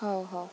ହଉ ହଉ